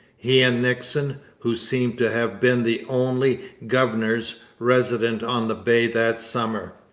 he and nixon, who seem to have been the only governors resident on the bay that summer,